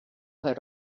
had